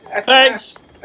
Thanks